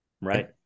right